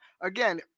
Again